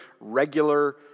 regular